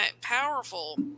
powerful